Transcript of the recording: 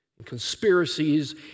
conspiracies